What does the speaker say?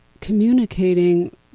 communicating